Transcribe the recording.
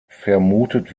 vermutet